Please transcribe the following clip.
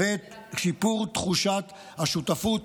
ושיפור תחושת השותפות,